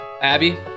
Abby